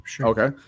Okay